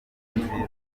inkuru